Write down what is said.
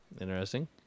Interesting